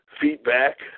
feedback